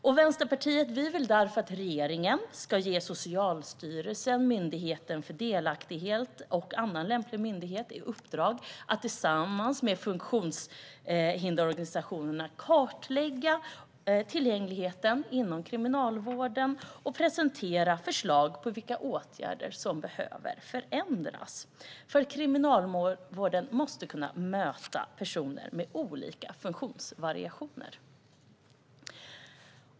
Vi i Vänsterpartiet vill därför att regeringen ska ge Socialstyrelsen, Myndigheten för delaktighet och annan lämplig myndighet i uppdrag att tillsammans med funktionshindersorganisationerna kartlägga tillgängligheten inom kriminalvården och presentera förslag på vilka åtgärder som behöver vidtas. Kriminalvården måste nämligen kunna möta personer med olika funktionsvariationer.